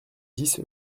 dix